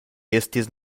estis